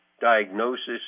diagnosis